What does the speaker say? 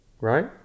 Right